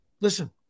listen